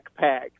backpack